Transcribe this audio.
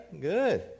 good